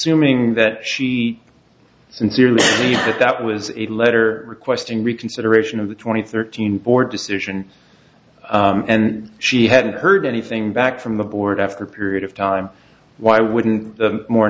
assuming that she sincerely if that was a letter requesting reconsideration of the twenty thirteen board decision and she hadn't heard anything back from the board after a period of time why wouldn't the more